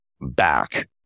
back